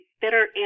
better